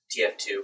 TF2